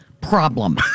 problem